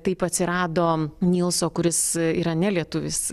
taip atsirado nylso kuris yra ne lietuvis